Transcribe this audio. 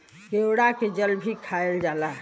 केवड़ा के जल भी खायल जाला